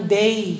day